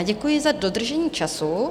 Děkuji za dodržení času.